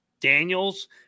Daniels